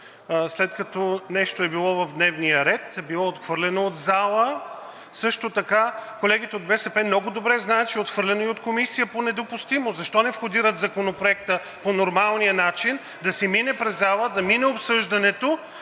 След като нещо е било в дневния ред, било е отхвърлено от залата. Също така, колегите от БСП много добре знаят, че е отхвърлена и от Комисията по недопустимост. Защо не входират Законопроекта по нормалния начин – да мине през залата, да мине обсъждането,